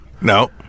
no